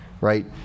right